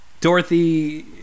Dorothy